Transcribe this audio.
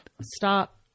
stop